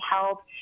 help